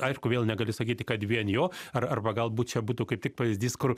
aišku vėl negali sakyti kad vien jo ar arba galbūt čia būtų kaip tik pavyzdys kur